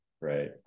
right